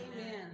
amen